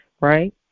right